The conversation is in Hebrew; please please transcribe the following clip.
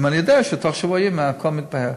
אם אני יודע שבתוך שבוע ימים הכול מתבהר.